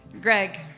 Greg